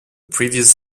previous